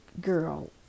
girl